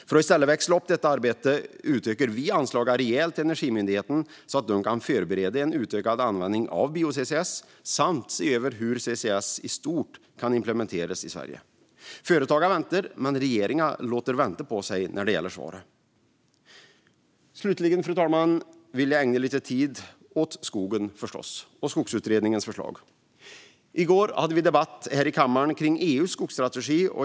För att i stället växla upp detta arbete utökar vi anslagen rejält till Energimyndigheten så att de kan förbereda för en utökad användning av bio-CCS samt se över hur CCS i stort kan implementeras i Sverige. Företagen väntar, men regeringen låter vänta på sig när det gäller svaren. Slutligen, fru talman, vill jag förstås ägna lite tid åt skogen och Skogsutredningens förslag. I går hade vi debatt här i kammaren kring EU:s skogsstrategi.